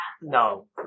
No